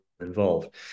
involved